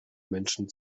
menschen